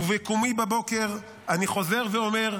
ובקומי בבוקר אני חוזר ואומר,